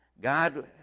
God